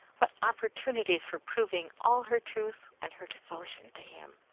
what opportunities for proving all her truth and her devotion to him!